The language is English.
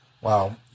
Wow